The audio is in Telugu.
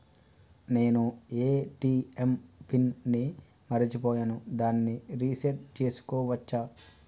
నేను ఏ.టి.ఎం పిన్ ని మరచిపోయాను దాన్ని రీ సెట్ చేసుకోవచ్చా?